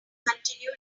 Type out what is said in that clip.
continued